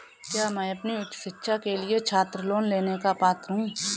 क्या मैं अपनी उच्च शिक्षा के लिए छात्र लोन लेने का पात्र हूँ?